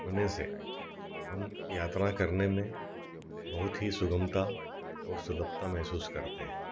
होने से हम यात्रा करने में बहुत ही सुगमता और सुलभता महसूस करते हैं